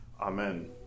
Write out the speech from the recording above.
Amen